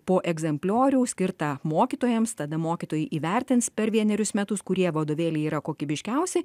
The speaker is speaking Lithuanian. po egzempliorių skirtą mokytojams tada mokytojai įvertins per vienerius metus kurie vadovėliai yra kokybiškiausi